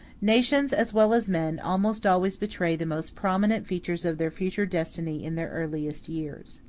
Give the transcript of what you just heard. nations, as well as men, almost always betray the most prominent features of their future destiny in their earliest years.